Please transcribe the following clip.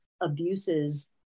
abuses